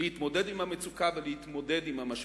להתמודד טוב יותר עם המצוקה והמשבר.